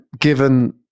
given